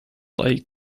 like